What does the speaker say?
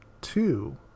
two